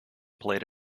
played